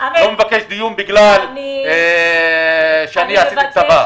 לא מבקש דיון בגלל שעשיתי צבא.